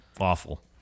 awful